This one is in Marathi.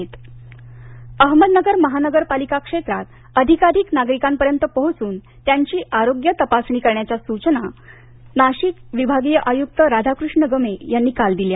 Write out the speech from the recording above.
इंट्रो अहमदनगर अहमदनगर महानगरपालिका क्षेत्रात अधिकाधिक नागरिकांपर्यंत पोहोचून त्यांची आरोग्य तपासणी करण्याच्या सुचना नाशिक विभागीय आयुक्त राधाकृष्ण गमे यांनी काल दिल्या